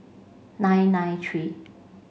nine nine three